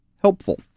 helpful